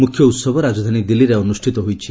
ମୁଖ୍ୟ ଉତ୍ସବ ରାଜଧାନୀ ଦିଲ୍ଲୀରେ ଅନୁଷ୍ଠିତ ହୋଇଛି